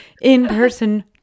in-person